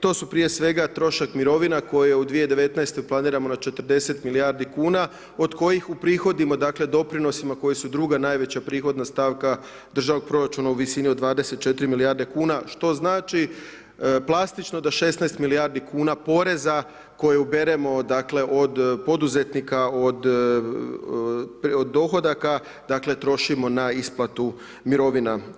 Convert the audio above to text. To su prije svega trošak mirovina koje u 2019. planiramo na 40 milijardi kuna od kojih u prihodima dakle doprinosima koji su druga najveća prihodna stavka državnog proračuna u visini od 24 milijarde kuna što znači plastično da 16 milijardi kuna poreza koje uberemo dakle od poduzetnika, od dohodaka dakle trošimo na isplatu mirovina.